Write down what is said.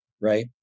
right